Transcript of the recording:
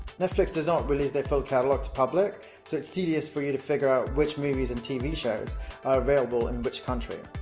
netflix does not release their full catalog public, so it's tedious for you to figure out which movies and tv shows are available in which country.